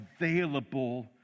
available